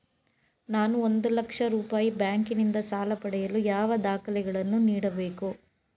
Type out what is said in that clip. ನಾನು ಒಂದು ಲಕ್ಷ ರೂಪಾಯಿ ಬ್ಯಾಂಕಿನಿಂದ ಸಾಲ ಪಡೆಯಲು ಯಾವ ದಾಖಲೆಗಳನ್ನು ನೀಡಬೇಕು?